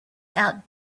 out